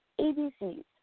ABCs